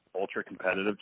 ultra-competitive